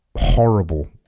horrible